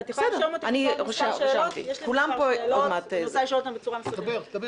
בסדר, את יכולה לרשום אותי לשאול מספר שאלות?